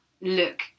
look